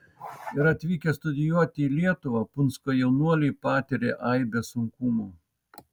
ir atvykę studijuoti į lietuvą punsko jaunuoliai patiria aibes sunkumų